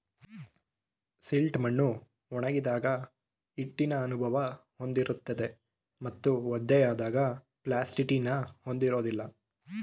silt ಮಣ್ಣು ಒಣಗಿದಾಗ ಹಿಟ್ಟಿನ ಅನುಭವ ಹೊಂದಿರುತ್ತದೆ ಮತ್ತು ಒದ್ದೆಯಾದಾಗ ಪ್ಲಾಸ್ಟಿಟಿನ ಹೊಂದಿರೋದಿಲ್ಲ